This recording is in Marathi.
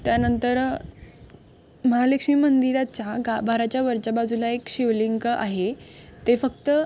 त्यानंतर महालक्ष्मी मंदिराच्या गाभाऱ्याच्या वरच्या बाजूला एक शिवलिंग आहे ते फक्त